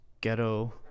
Ghetto